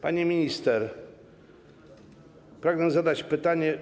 Pani minister, pragnę zadać pytanie.